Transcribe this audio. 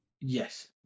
yes